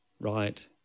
right